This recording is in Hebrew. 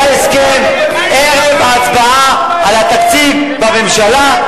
היה הסכם ערב ההצבעה על התקציב בממשלה,